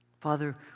Father